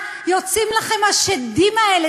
מה יוצאים לכם השדים האלה,